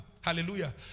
Hallelujah